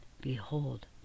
behold